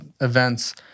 events